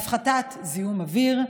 הפחתת זיהום אוויר,